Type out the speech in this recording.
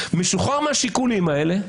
משוחרר מהשיקולים האלה,